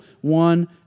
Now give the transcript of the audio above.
one